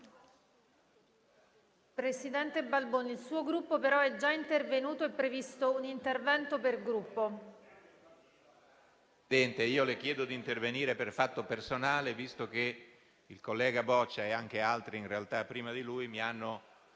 Presidente Balboni, il suo Gruppo è già intervenuto ed è previsto un intervento per Gruppo. BALBONI *(FdI)*. Presidente, le chiedo di intervenire per fatto personale, visto che il collega Boccia e anche altri prima di lui mi hanno